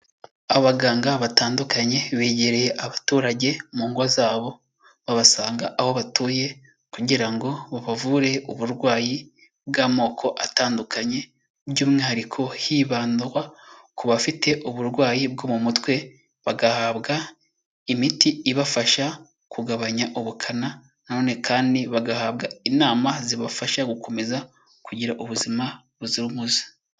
Abaganga batandukanye begereye abaturage mu ngo zabo, babasanga aho batuye kugira ngo babavure uburwayi bw'amoko atandukanye, by'umwihariko hibandwa ku bafite uburwayi bwo mu mutwe, bagahabwa imiti ibafasha kugabanya ubukana nanone kandi bagahabwa inama zibafasha gukomeza kugira ubuzima buzira umuze.